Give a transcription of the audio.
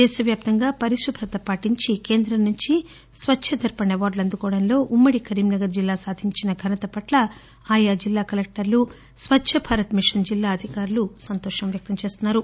దేశవ్యాప్తంగా పరిశుభ్రత పాటించి కేంద్రం నుంచి స్వచ్చ దర్పణ్ అవార్డులు అందుకోవడంలో ఉమ్మడి కరీంనగర్ జిల్లా సాధించిన ఘనత పట్ల ఆయా జిల్లాకలెక్టర్లు స్వచ్చభారత్ మిషన్ జిల్లా అధికారులు సంతోషం వ్యక్తం చేస్తున్నారు